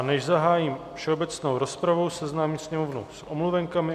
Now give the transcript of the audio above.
Než zahájím všeobecnou rozpravu, seznámím Sněmovnu s omluvenkami.